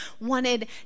wanted